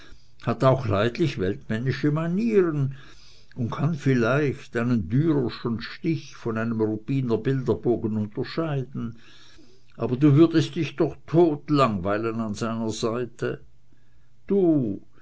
hat auch leidlich weltmännische manieren und kann vielleicht einen dürerschen stich von einem ruppiner bilderbogen unterscheiden aber du würdest dich doch totlangweilen an seiner seite du